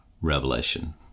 revelation